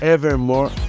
Evermore